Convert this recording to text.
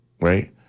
right